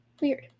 Weird